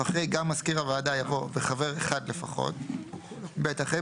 - (א) אחרי "גם מזכיר הוועדה" יבוא "וחבר אחד לפחות"; (ב) אחרי